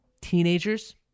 teenagers